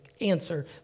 answer